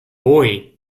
boy